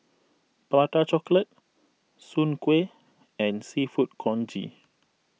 Prata Chocolate Soon Kueh and Seafood Congee